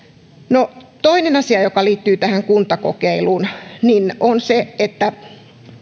no toinen asia joka liittyy tähän kuntakokeiluun on se että